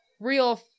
Real